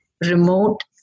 remote